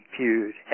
viewed